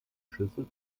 schlüssel